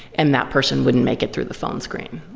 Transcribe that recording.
and that person wouldn't make it through the phone screen,